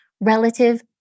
relative